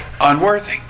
unworthy